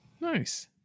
Nice